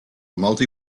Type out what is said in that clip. multi